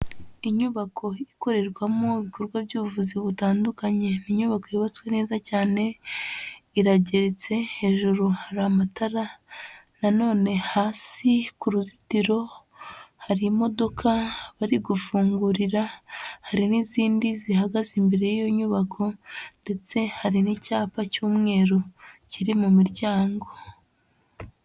Inyubako ikorerwamo ibikorwa by'ubuvuzi butandukanye, ni inyubako yubatswe neza cyane, irageretse, hejuru hari amatara nanone hasi ku ruzitiro hari imodoka bari gufungurira, hari n'izindi zihagaze, imbere y'iyo nyubako ndetse hari n'icyapa cy'umweru kiri mu miryango.